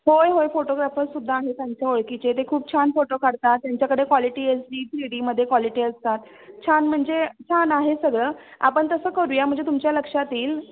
होय होय फोटोग्राफर्स सुद्धा आहे आमच्या ओळखीचे ते खूप छान फोटो काढतात त्यांच्याकडे क्वालिटी एस डी थ्री डीमध्ये क्वालिटी असतात छान म्हणजे छान आहे सगळं आपण तसं करूया म्हणजे तुमच्या लक्षात येईल